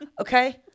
Okay